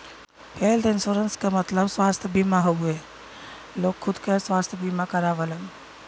health insurance क मतलब स्वस्थ बीमा हउवे लोग खुद क स्वस्थ बीमा करावलन